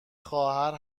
خواهر